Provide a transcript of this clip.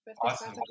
awesome